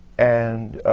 and